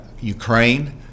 Ukraine